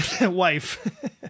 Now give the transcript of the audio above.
wife